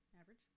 average